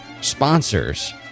sponsors